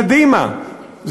קדימה,